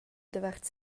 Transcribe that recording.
davart